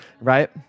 Right